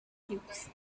cubes